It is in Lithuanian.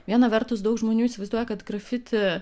viena vertus daug žmonių įsivaizduoja kad grafiti